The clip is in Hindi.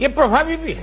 ये प्रभावी भी हैं